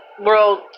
world